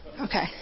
Okay